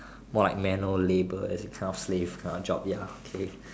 more like manual labour it's a kind of slave kind of job ya case